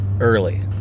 early